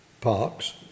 parks